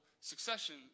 succession